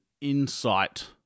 insight